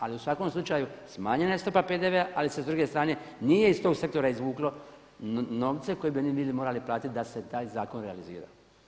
Ali u svakom slučaju smanjena je stopa PDV-a ali se s druge strane nije iz tog sektora izvuklo novce koje bi oni bili morali platiti da se taj zakon realizira.